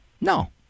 No